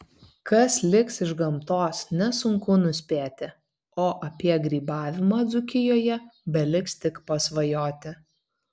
kas liks iš gamtos nesunku nuspėti o apie grybavimą dzūkijoje beliks tik pasvajoti